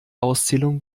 auszählung